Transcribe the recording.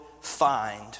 find